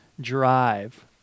drive